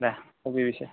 দে কবি পিছে